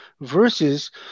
versus